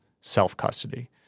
self-custody